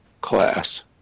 class